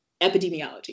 epidemiology